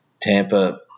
Tampa